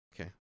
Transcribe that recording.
Okay